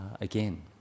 again